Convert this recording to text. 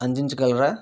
అందించగలరా